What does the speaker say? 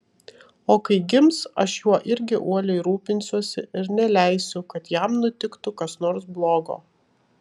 o kai gims aš juo irgi uoliai rūpinsiuosi ir neleisiu kad jam nutiktų kas nors blogo